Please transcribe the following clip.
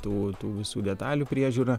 tų visų detalių priežiūrą